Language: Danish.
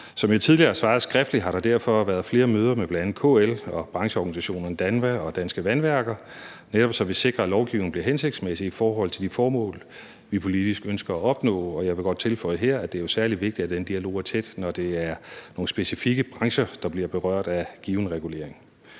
Som jeg tidligere har svaret skriftligt, har der derfor været flere møder med bl.a. KL og brancheorganisationerne DANVA og Danske Vandværker, netop så vi sikrer, at lovgivningen bliver hensigtsmæssig i forhold til de formål, vi politisk ønsker at opnå, og jeg vil godt tilføje her, at det jo er særlig vigtigt, at den dialog er tæt, når det er nogle specifikke brancher, der bliver berørt af given regulering.